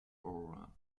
aura